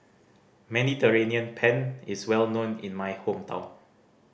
Mediterranean Penne is well known in my hometown